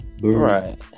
Right